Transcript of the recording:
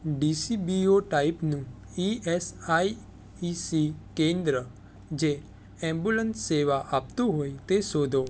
DCBO ટાઈપનું E S I E C કેન્દ્ર જે એમ્બ્યુલન્સ સેવા આપતું હોય તે શોધો